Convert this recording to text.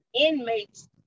inmates